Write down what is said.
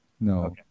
No